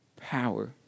power